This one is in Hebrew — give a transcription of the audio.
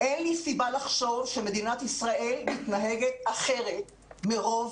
אין לי סיבה לחשוב שמדינת ישראל מתנהגת אחרת מרוב